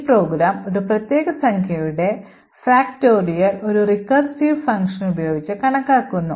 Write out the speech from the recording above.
ഈ പ്രോഗ്രാം ഒരു പ്രത്യേക സംഖ്യയുടെ ഫാക്റ്റോറിയൽ ഒരു recursive function ഉപയോഗിച്ച് കണക്കാക്കുന്നു